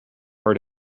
heard